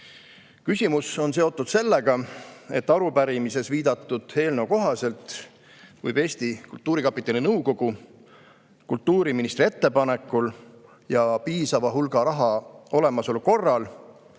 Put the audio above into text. Küsimus on seotud sellega, et arupärimises viidatud eelnõu kohaselt võib Eesti Kultuurkapitali nõukogu kultuuriministri ettepanekul ja piisava hulga raha olemasolu korral